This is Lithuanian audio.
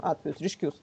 atvejus ryškius